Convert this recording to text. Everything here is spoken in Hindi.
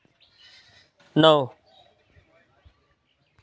नौ